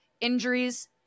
injuries